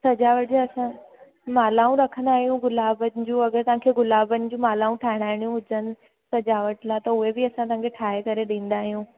सजावट जा असां मालाऊं रखंदा आहियूं गुलाब जूं अगरि तांखे गुलाबनि जूं मालाऊं ठहाराइणियूं हुजनि सजावट लाइ त उहे बि असां तव्हांखे ठाहे करे ॾींदा आहियूं